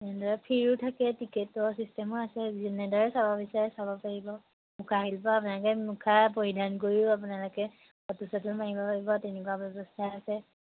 এনেদৰে ফ্ৰীও থাকে টিকেটৰ চিষ্টেমো আছে যেনেদৰে চাব বিচাৰে চাব পাৰিব মুখা শিল্প আৰু তেনেকে মুখা পৰিধান কৰিও আপোনালোকে ফটো চটো মাৰিব পাৰিব তেনেকুৱা ব্যৱস্থা আছে